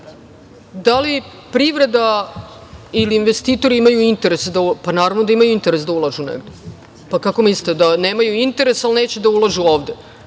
Da li privreda ili investitori imaju interes? Pa naravno da imaju interes da ulažu negde. Kako mislite da nemaju interes a neće da ulažu ovde?